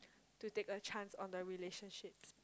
to take a chance on the relationships